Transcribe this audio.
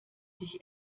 sich